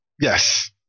Yes